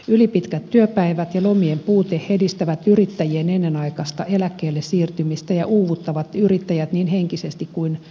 ylipitkät työpäivät ja lomien puute edistävät yrittäjien ennenaikaista eläkkeelle siirtymistä ja uuvuttavat yrittäjät niin henkisesti kuin fyysisestikin